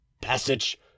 Passage